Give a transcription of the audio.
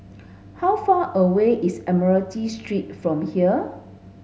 how far away is Admiralty Street from here